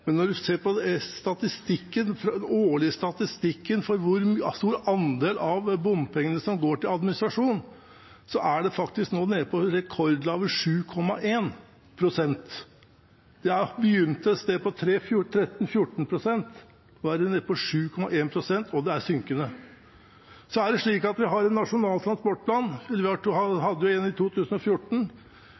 Men når en ser på den årlige statistikken for hvor stor andel av bompengene som går til administrasjon, er det nå nede på rekordlave 7,1 pst. Det begynte et sted på 13–14 pst. Nå er det nede på 7,1 pst., og det er synkende. Så er det slik at vi har Nasjonal transportplan. Vi hadde en i 2014,